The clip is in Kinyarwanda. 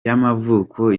yamavuko